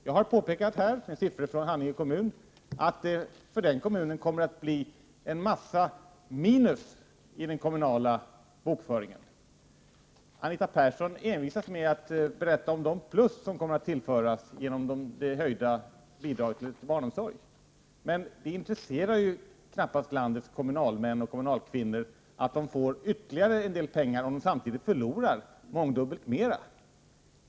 Jag har här redovisat med siffror från Haninge kommun att den kommunen kommer att få mycket minus i den kommunala bokföringen. Anita Persson envisas med att tala om de plus som kommer att tillföras kommunen genom höjda bidrag till barnomsorgen. Det intresserar knappast landets kommunalpolitiker att de får ytterligare en del pengar om de samtidigt förlorar mångdubbelt mer.